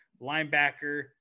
Linebacker